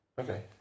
Okay